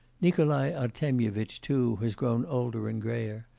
nikolai artemyevitch, too, has grown older and greyer,